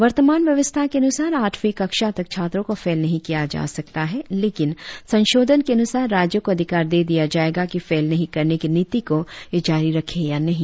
वर्तमान व्यवस्था के अनुसार आठवी कक्षा तक छात्रों को फेल नहीं किया जा सकता है लेकन संशोधन के अनुसार राज्यों को अधिकार दे दिया जाएगा कि फेल नहीं करने की नीति को वह जारी रखे या नही